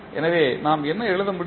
எனவே நாம் என்ன எழுத முடியும்